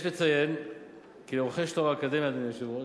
יש לציין כי לרוכש תואר אקדמי, אדוני היושב-ראש,